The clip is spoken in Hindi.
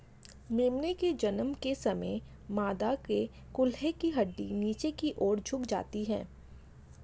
मेमने के जन्म के समय मादा के कूल्हे की हड्डी नीचे की और झुक जाती है